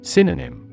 Synonym